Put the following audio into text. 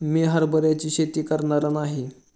मी हरभऱ्याची शेती करणार नाही